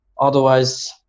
Otherwise